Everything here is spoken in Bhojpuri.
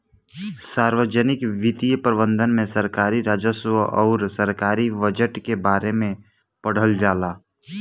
सार्वजनिक वित्तीय प्रबंधन में सरकारी राजस्व अउर सरकारी बजट के बारे में पढ़ल जाला